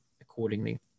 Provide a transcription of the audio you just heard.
accordingly